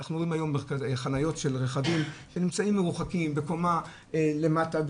אנחנו רואים היום חניות של משרדים שנמצאים מרוחקים בקומה למטה,